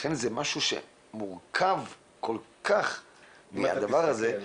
לכן זה משהו מורכב הדבר הזה,